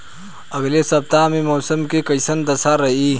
अलगे सपतआह में मौसम के कइसन दशा रही?